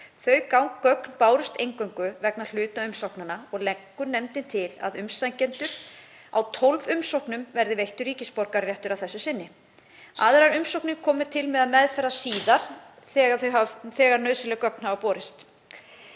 Þau gögn bárust eingöngu vegna hluta umsóknanna og leggur nefndin til að umsækjendum á 12 umsóknum verði veittur ríkisborgararéttur að þessu sinni. Aðrar umsóknir komi til meðferðar síðar þegar nauðsynleg gögn hafa borist.